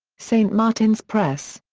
st. martin's press.